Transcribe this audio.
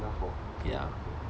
ya